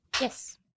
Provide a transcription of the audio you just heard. Yes